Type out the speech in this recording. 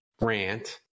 rant